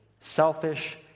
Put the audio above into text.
selfish